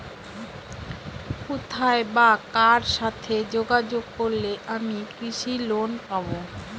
কোথায় বা কার সাথে যোগাযোগ করলে আমি কৃষি লোন পাব?